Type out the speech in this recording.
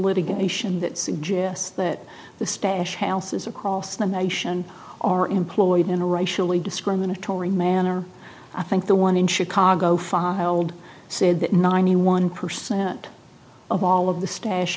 litigation that suggests that the stash houses across the nation are employed in a racially discriminatory manner i think the one in chicago filed said that ninety one percent of all of the stash